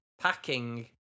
packing